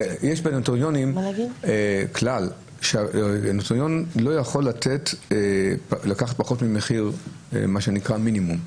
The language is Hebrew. יש בנוטריונים כלל שנוטריון לא יכול לקחת פחות ממחיר מינימום.